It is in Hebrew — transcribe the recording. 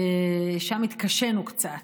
שם התקשינו קצת.